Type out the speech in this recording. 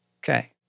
Okay